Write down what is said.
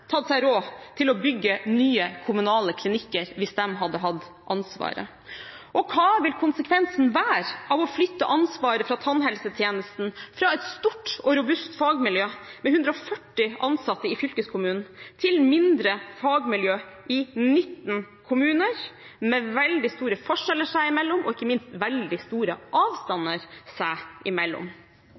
tatt seg råd til å bygge nye kommunale klinikker hvis de hadde hatt ansvaret? Og hva vil konsekvensen være av å flytte ansvaret for tannhelsetjenesten fra et stort og robust fagmiljø med 140 ansatte i fylkeskommunen til mindre fagmiljø i 19 kommuner, med veldig store forskjeller seg imellom og ikke minst veldig store avstander seg imellom?